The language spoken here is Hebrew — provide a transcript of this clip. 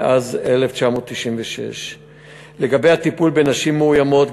מאז 1996. לגבי הטיפול בנשים מאוימות,